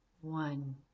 one